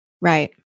Right